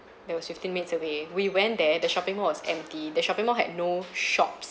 that was fifteen minutes away we went there the shopping mall was empty the shopping mall had no shops